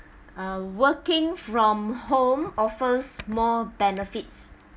uh working from home offers more benefits